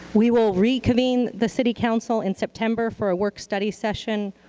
we will reconvene the city council in september for a work study session,